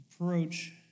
approach